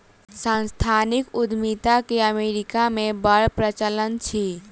सांस्थानिक उद्यमिता के अमेरिका मे बड़ प्रचलन अछि